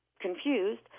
confused